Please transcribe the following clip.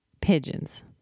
Pigeons